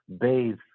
bathe